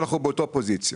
אנחנו באותה פוזיציה.